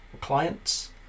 clients